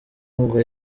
ngo